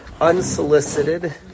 unsolicited